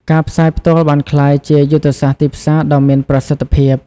ការផ្សាយផ្ទាល់បានក្លាយជាយុទ្ធសាស្ត្រទីផ្សារដ៏មានប្រសិទ្ធភាព។